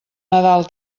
nadal